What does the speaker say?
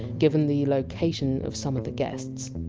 given the location of some of the guests.